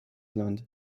land